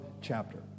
chapter